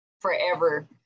forever